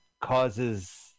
causes